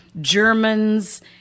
Germans